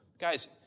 Guys